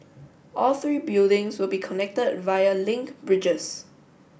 all three buildings will be connected via link bridges